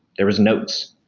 there was notes,